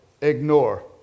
ignore